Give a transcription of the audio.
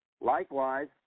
Likewise